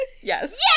yes